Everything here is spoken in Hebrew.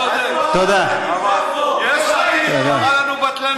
אתה צודק, אבל יש עתיד, הוא קרא לנו בטלנים.